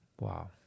Wow